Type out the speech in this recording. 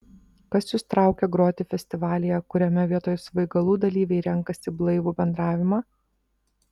kas jus traukia groti festivalyje kuriame vietoj svaigalų dalyviai renkasi blaivų bendravimą